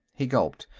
he gulped.